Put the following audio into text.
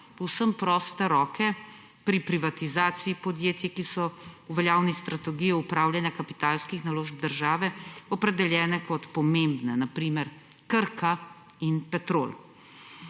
povsem proste roke pri privatizaciji podjetij, ki so v veljavni strategiji upravljanja kapitalskih naložb države opredeljene kot pomembne, na primer, Krka in Petrol.